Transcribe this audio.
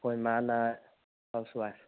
ꯑꯩꯈꯣꯏ ꯏꯃꯥꯅ house wife